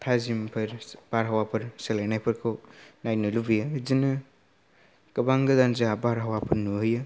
थाजिमफोर बारहावाफोर सोलायनायफोरखौ नायनो लुबैयो बिदिनो गोबां गोजान जों बारहावाफोर नुहैयो